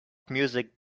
music